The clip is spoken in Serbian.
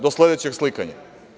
Do sledećeg slikanja.